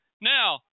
Now